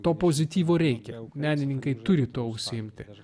to pozityvo reikia menininkai turi tuo užsiimti